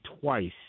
twice